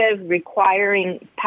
requiring